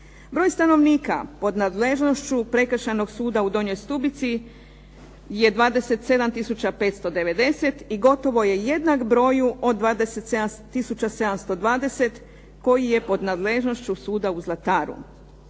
Broj stanovnika pod nadležnošću Prekršajnog suda u Donjoj Stubici je 27 tisuća 590 i gotovo je jednak broju od 27 tisuća 720 koji je pod nadležnošću suda u Zlataru.